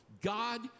God